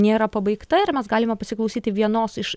nėra pabaigta ir mes galime pasiklausyti vienos iš